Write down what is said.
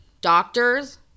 doctors